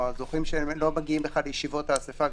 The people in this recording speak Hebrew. הזוכים לא מגיעים בכלל לישיבות האספה,